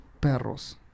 Perros